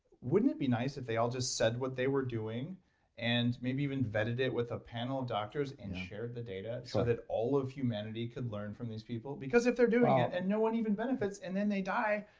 wouldn't it be nice if they all just said what they were doing and maybe even vetted it with a panel of doctors and shared the data. sure. so that all of humanity could learn from these people because if they're doing it and no one even benefits and then they die,